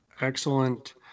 excellent